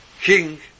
king